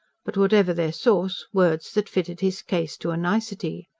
but, whatever their source, words that fitted his case to a nicety.